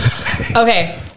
Okay